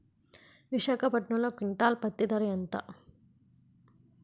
విశాఖపట్నంలో క్వింటాల్ పత్తి ధర ఎంత?